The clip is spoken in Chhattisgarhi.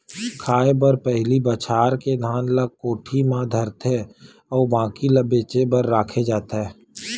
खाए बर पहिली बछार के धान ल कोठी म धरथे अउ बाकी ल बेचे बर राखे जाथे